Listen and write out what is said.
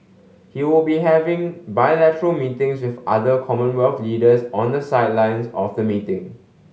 he will be having bilateral meetings with other Commonwealth leaders on the sidelines of the meeting